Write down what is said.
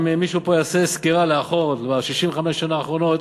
אם מישהו פה יעשה סקירה לאחור הוא יראה שב-65 השנה האחרונות,